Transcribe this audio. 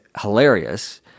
hilarious